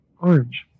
orange